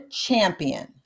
champion